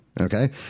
Okay